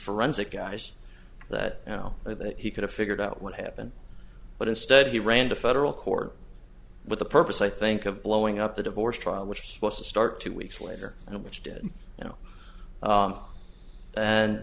forensic guys that you know he could have figured out what happened but instead he ran to federal court with the purpose i think of blowing up the divorce trial which he was to start two weeks later and which did you know